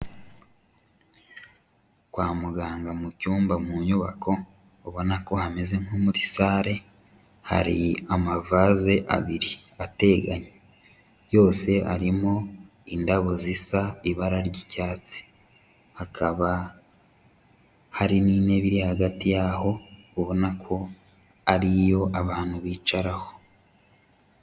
Kwa muganga mu cyumba mu nyubako ubona ko hameze nko muri sare hari amavaze abiri ateganye. Yose arimo indabo zisa ibara ry'icyatsi. Hakaba hari n'intebe iri hagati yaho ubona ko ari yo abantu bicaraho.